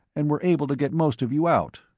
and were able to get most of you out.